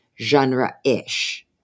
genre-ish